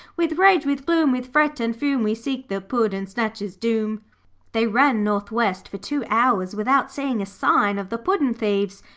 with rage, with gloom, with fret and fume, we seek the puddin'-snatchers' doom they ran north-west for two hours without seeing a sign of the puddin'-thieves.